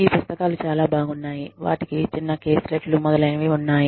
ఈ పుస్తకాలు చాలా బాగున్నాయి వాటికి చిన్న కేస్లెట్ లు మొదలైనవి ఉన్నాయి